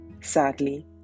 Sadly